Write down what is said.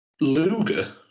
Luger